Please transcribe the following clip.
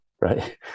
right